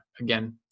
again